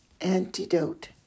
Antidote